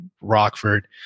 Rockford